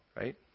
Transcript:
right